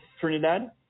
Trinidad